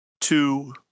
two